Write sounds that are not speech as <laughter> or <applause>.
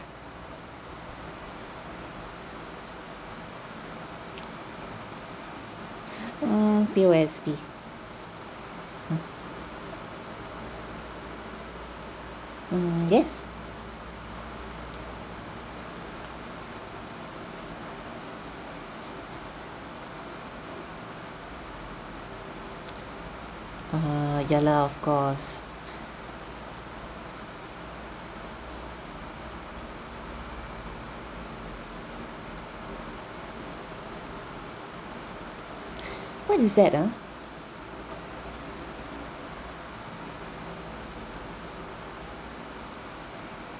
err P_O_S_B uh yes err ya lah of course <breath> what is that uh